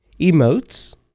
emotes